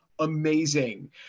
Amazing